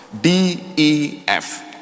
DEF